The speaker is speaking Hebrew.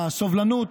הסובלנות,